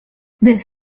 this